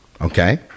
okay